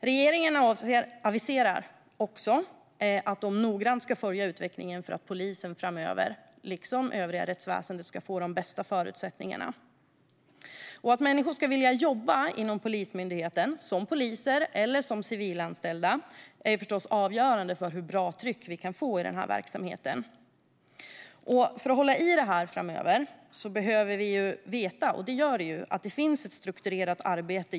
Regeringen aviserar också att den noggrant ska följa utvecklingen för att polisen, liksom övriga rättsväsendet, ska få de bästa förutsättningarna framöver. Att människor ska vilja jobba inom Polismyndigheten som poliser eller som civilanställda är förstås avgörande för hur bra tryck vi kan få i verksamheten. För att hålla i det här framöver behöver vi veta att det finns ett strukturerat arbete.